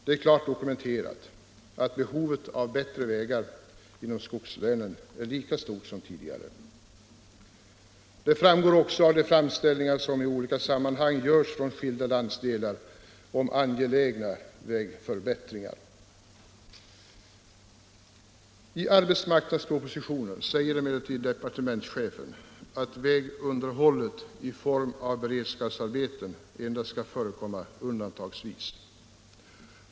Det är dokumenterat att behov av bättre vägar inom skogslänen är lika stort som tidigare. Det framgår av de framställningar som i olika sammanhang görs från skilda landsdelar om angelägna vägförbättringar. I arbetsmarknadspropositionen säger emellertid departementschefen att vägunderhåll i form av beredskapsarbeten endast skall förekomma undantagsvis.